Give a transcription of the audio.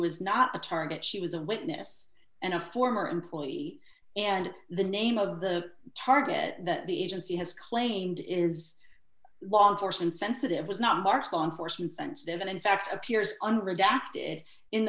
was not a target he was a witness and a former employee and the name of the target that the agency has claimed is law enforcement sensitive was not marked on force sensitive and in fact appears